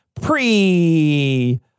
pre-